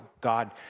God